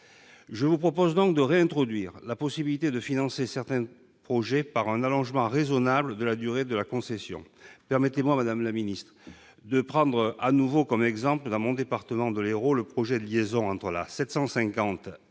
je propose de réintroduire la possibilité de financer certains projets par un allongement raisonnable de la durée de la concession. Permettez-moi, madame la ministre, de prendre l'exemple, dans mon département de l'Hérault, du projet de liaison entre l'A 750 et